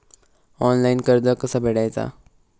Online कर्ज कसा फेडायचा?